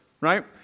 right